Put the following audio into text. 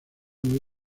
muy